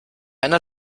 einer